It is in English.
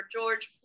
George